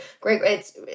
great